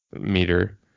meter